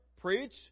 preach